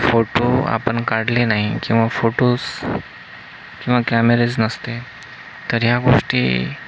photo आपण काढले नाही किंवा फोटोस किंवा कॅमेरेस नसते तर ह्या गोष्टी